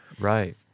Right